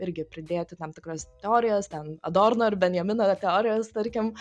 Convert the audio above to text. irgi pridėti tam tikras teorijas ten adorno ir benjamino teorijos tarkim